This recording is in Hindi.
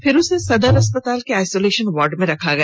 फिर उसे सदर अस्पताल के आइसोलेशन वार्ड में रखा गया